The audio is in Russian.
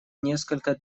несколько